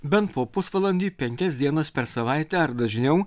bent po pusvalandį penkias dienas per savaitę ar dažniau